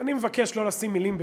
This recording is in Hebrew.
אני מבקש לא לשים מילים בפי.